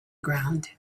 ground